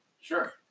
Sure